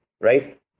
right